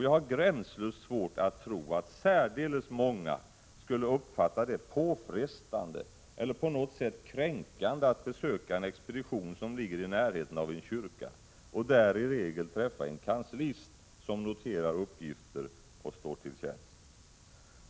Jag har gränslöst svårt att tro att särdeles många skulle uppfatta det som påfrestande eller på något sätt kränkande att besöka en expedition som ligger i närheten av en kyrka och där i regel träffa en kanslist som noterar uppgifter och står till tjänst.